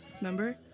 Remember